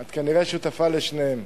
את כנראה שותפה לשניהם.